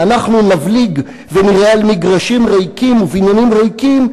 ואנחנו נבליג ונירה על מגרשים ריקים ובניינים ריקים,